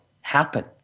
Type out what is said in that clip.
happen